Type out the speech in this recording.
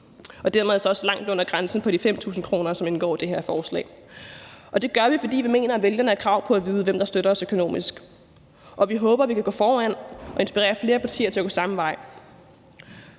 dermed også langt under grænsen på de 5.000 kr., som indgår i det her forslag. Det gør vi, fordi vi mener, at vælgerne har krav på at vide, hvem der støtter os økonomisk, og vi håber, at vi kan gå foran og inspirere flere partier til at gå samme vej.